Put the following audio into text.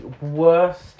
worst